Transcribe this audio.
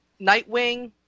Nightwing